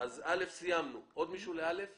עוד הערות לפסקה (א)?